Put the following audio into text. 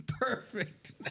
Perfect